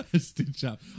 Stitch-up